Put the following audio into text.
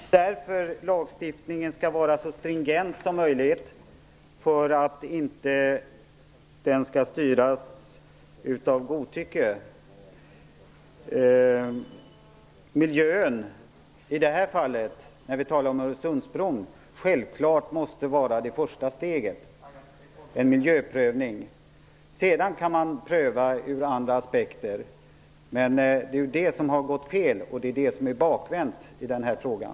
Herr talman! Lagstiftningen skall vara så stringent som möjligt för att den inte skall styras av godtycke. En miljöprövning måste självfallet vara det första steget när det gäller Öresundsbron. Sedan kan man pröva ärendet ur andra aspekter. Men det är ju det som är fel och bakvänt i den här frågan.